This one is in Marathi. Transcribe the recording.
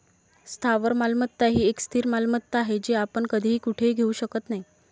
स्थावर मालमत्ता ही एक स्थिर मालमत्ता आहे, जी आपण कधीही कुठेही घेऊ शकत नाही